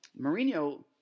Mourinho